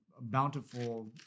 bountiful